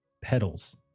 petals